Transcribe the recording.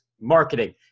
Marketing